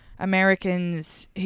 Americans